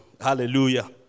Hallelujah